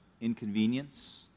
inconvenience